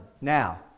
Now